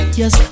yes